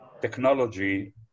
technology